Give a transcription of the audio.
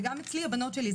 וגם אצלי הבנות שלי,